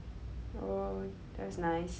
oh that's nice